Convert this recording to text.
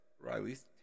Riley's